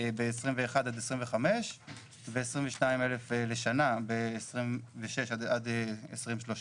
ב-2021-2025 ו-22,000 לשנה ב-2026-2030.